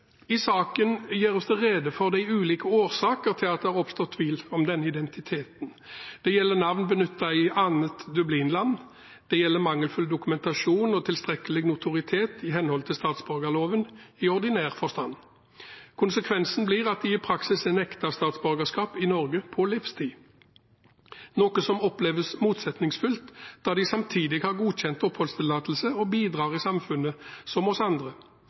I saken gjøres det rede for de ulike årsaker til at det har oppstått tvil om identiteten. Det gjelder navn benyttet i annet Dublin-land, det gjelder mangelfull dokumentasjon og tilstrekkelig notoritet i henhold til statsborgerloven i ordinær forstand. Konsekvensen blir at de i praksis er nektet statsborgerskap i Norge på livstid, noe som kan oppleves motsetningsfylt da de samtidig har godkjent oppholdstillatelse og bidrar i samfunnet som oss andre.